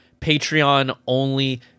Patreon-only